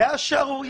אין לנו בעלות.